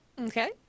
Okay